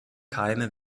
keime